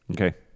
Okay